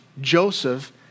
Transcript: Joseph